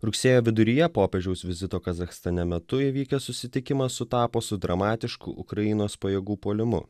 rugsėjo viduryje popiežiaus vizito kazachstane metu įvykęs susitikimas sutapo su dramatišku ukrainos pajėgų puolimu